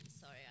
Sorry